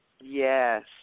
Yes